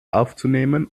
aufzunehmen